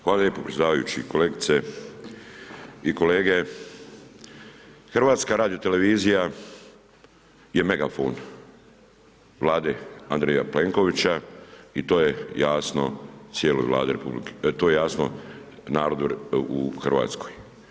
Hvala lijepo predsjedavajući, kolegice i kolege HRT je megafon Vlade Andreja Plenkovića i to je jasno cijeloj Vladi, to je jasno narodu u Hrvatskoj.